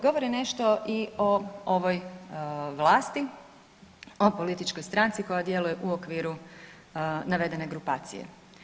Govori nešto i o ovoj vlasti, o političkoj stranci koja djeluje u okviru navedene grupacije.